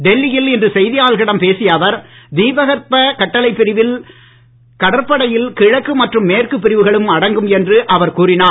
டெல்லியில் இன்று செய்தியாளர்களிடம் பேசிய அவர் தீபகற்ப கட்டளைப் பிரிவில் கடற்படையில் கிழக்கு மற்றும் மேற்கு பிரிவுகளும் அடங்கும் என்று அவர் கூறினார்